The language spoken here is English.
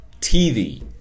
tv